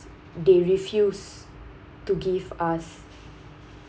they refused to give us